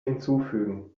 hinzufügen